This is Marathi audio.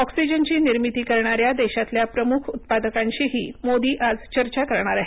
ऑक्सिजनची निर्मिती करणाऱ्या देशातल्या प्रमुख उत्पादकांशीही मोदी आज चर्चा करणार आहेत